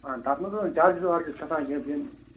آ تتھ منٛز حظ چارجِز وارجِز کھسان کیٚنٛہہ تِم